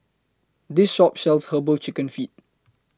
This Shop sells Herbal Chicken Feet